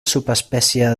subespècie